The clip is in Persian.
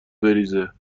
بریزه